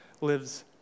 lives